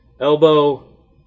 Elbow